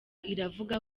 iravuga